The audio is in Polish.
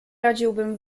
radziłbym